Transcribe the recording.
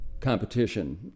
competition